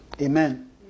Amen